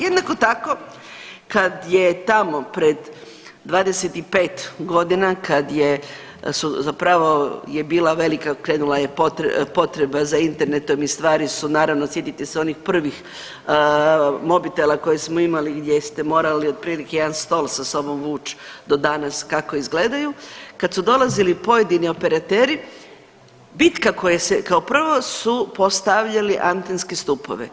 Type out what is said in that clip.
Jednako tako kad je tamo pred 25 godina kad je, su zapravo je bila velika, krenula je potreba za internetom i stvari su naravno sjetite se onih prvih mobitela koje smo imali gdje ste morali otprilike jedan stol sa sobom vući do danas kako izgledaju, kad su dolazili pojedini operateri bitka koja se, kao prvo su postavljali antenske stupove.